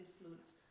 influence